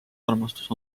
armastus